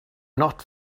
not